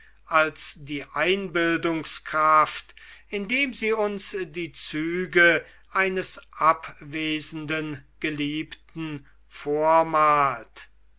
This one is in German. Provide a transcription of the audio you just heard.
als die einbildungskraft indem sie uns die züge eines abwesenden geliebten vormalt